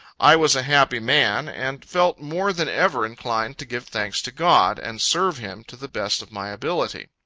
i was a happy man, and felt more than ever inclined to give thanks to god, and serve him to the best of my ability.